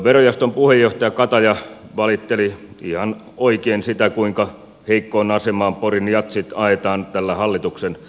verojaoston puheenjohtaja kataja valitteli ihan oikein sitä kuinka heikkoon asemaan porin jatsit ajetaan tällä hallituksen esityksellä